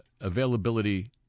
availability